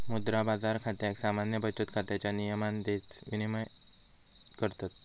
मुद्रा बाजार खात्याक सामान्य बचत खात्याच्या नियमांमध्येच विनियमित करतत